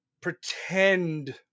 pretend